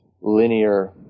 linear